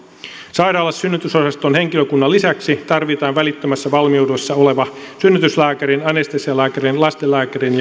sairaalassa synnytysosaston henkilökunnan lisäksi tarvitaan välittömässä valmiudessa olevien synnytyslääkärin anestesialääkärin lastenlääkärin